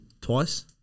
Twice